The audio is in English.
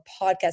podcast